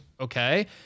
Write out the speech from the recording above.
Okay